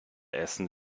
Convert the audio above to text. essen